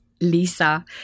Lisa